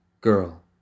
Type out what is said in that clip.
Girl